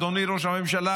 אדוני ראש הממשלה,